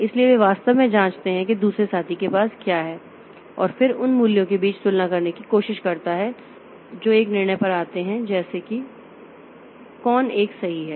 इसलिए वे वास्तव में जांचते हैं कि दूसरे साथी के पास क्या है और फिर उन मूल्यों के बीच तुलना करने की कोशिश करता है और जो एक निर्णय पर आते हैं जैसे कि कौन एक सही है